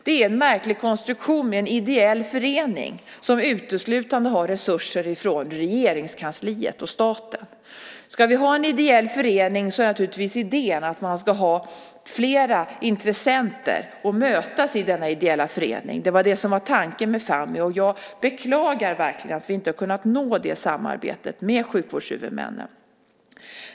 Det är en märklig konstruktion med en ideell förening som uteslutande får resurser från Regeringskansliet och staten. Ska vi ha en ideell förening är naturligtvis idén att man ska ha flera intressenter att mötas i denna ideella förening. Det var det som var tanken med Fammi. Jag beklagar verkligen att vi inte kunnat nå det samarbetet med sjukvårdshuvudmännen.